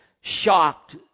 shocked